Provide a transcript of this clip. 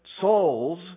souls